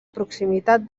proximitat